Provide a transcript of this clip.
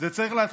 לא יהיה